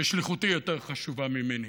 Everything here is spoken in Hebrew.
שליחותי יותר חשובה ממני,